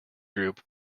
group